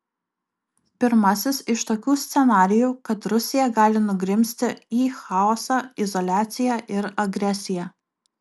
pirmasis iš tokių scenarijų kad rusija gali nugrimzti į chaosą izoliaciją ir agresiją